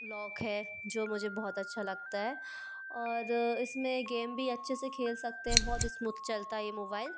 lock है जो मुझे बहुत अच्छा लगता है और इस में गेम भी अच्छे से खेल सकते है बहुत इस्मूथ चलता है ये मोबाईल